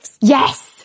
Yes